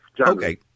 Okay